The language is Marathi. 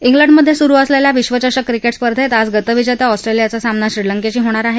इंग्लंडमध्ये सुरू असलेल्या विश्वचषक क्रिकेट स्पर्धेत आज गतविजेत्या ऑस्ट्रेलियाचा सामना श्रीलंकेशी होणार आहे